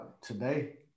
Today